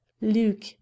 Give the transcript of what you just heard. luke